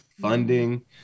funding